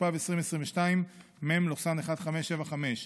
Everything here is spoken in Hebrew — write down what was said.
התשפ"ב 2022, מ/1575.